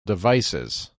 devices